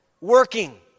Working